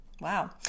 Wow